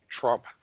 Trump